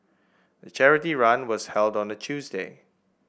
the charity run was held on a Tuesday